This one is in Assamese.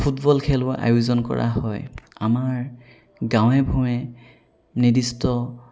ফুটবল খেলো আয়োজন কৰা হয় আমাৰ গাঁৱে ভূঞে নিৰ্দিষ্ট